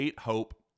Hope